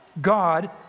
God